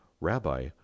Rabbi